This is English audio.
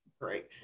Great